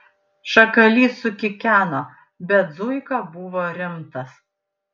šakalys sukikeno bet zuika buvo rimtas